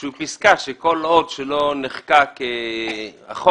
איזושהי פסקה שכל עוד לא נחקק החוק